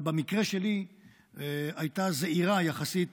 אבל במקרה שלי היא הייתה זעירה יחסית